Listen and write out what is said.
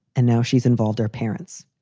and now she's involved, her parents.